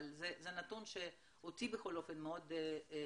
אבל זה נתון שאותי בכל אופן הפתיע.